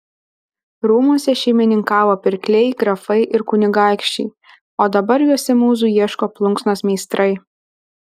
rūmuose šeimininkavo pirkliai grafai ir kunigaikščiai o dabar juose mūzų ieško plunksnos meistrai